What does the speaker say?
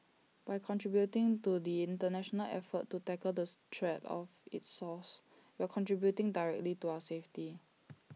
by contributing to the International effort to tackle this threat of its source we are contributing directly to our safety